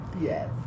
Yes